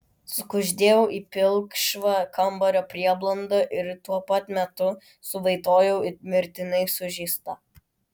sukuždėjau į pilkšvą kambario prieblandą ir tuo pat metu suvaitojau it mirtinai sužeista